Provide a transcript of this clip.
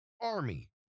Army